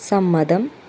സമ്മതം